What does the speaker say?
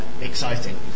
exciting